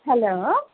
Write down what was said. hello